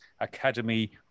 Academy